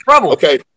okay